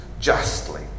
justly